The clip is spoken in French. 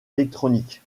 électroniques